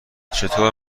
چطور